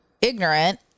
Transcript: ignorant